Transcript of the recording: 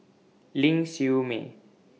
Ling Siew May